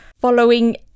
Following